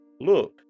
Look